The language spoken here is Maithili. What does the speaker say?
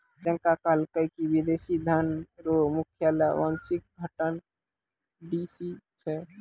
प्रियंका कहलकै की विदेशी धन रो मुख्यालय वाशिंगटन डी.सी छै